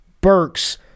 Burks